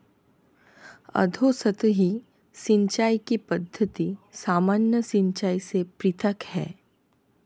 अधोसतही सिंचाई की पद्धति सामान्य सिंचाई से पृथक है